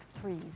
threes